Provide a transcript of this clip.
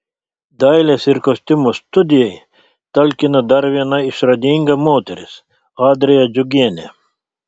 dailės ir kostiumo studijai talkina dar viena išradinga moteris adrija džiugienė